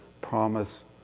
promise